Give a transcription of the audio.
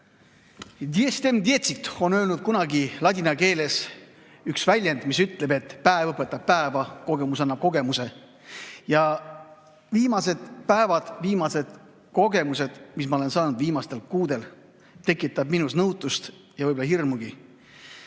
diem docet, öeldi kunagi ladina keeles. See väljend tähendab, et päev õpetab päeva, kogemus annab kogemuse. Viimased päevad, kogemused, mis ma olen saanud viimastel kuudel, tekitavad minus nõutust ja võib-olla hirmugi.